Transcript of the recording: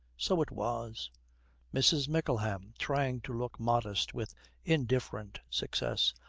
so it was mrs. mickleham, trying to look modest with indifferent success,